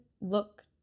look